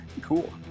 Cool